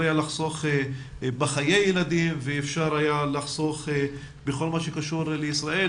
היה לחסוך בחיי ילדים ואפשר היה לחסוך בכל מה שקשור לישראל,